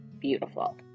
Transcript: beautiful